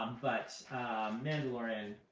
um but mandalorian